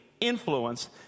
Influence